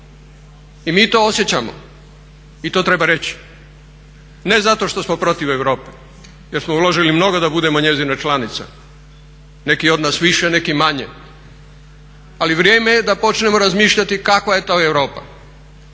I mi to osjećamo i mi to trebamo reći ne zato što smo protiv Europe jer smo uložili mnogo da budemo njezina članica, neki od nas više neki manje, ali vrijeme je da počnemo razmišljati kakva je to Europa